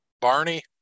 Barney